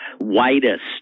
widest